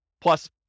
plus